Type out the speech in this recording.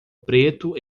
preto